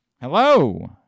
Hello